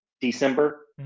December